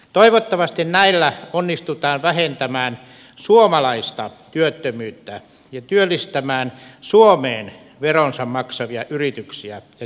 toivottavasti näillä onnistutaan vähentämään suomalaista työttömyyttä ja työllistämään suomeen veronsa maksavia yrityksiä ja työntekijöitä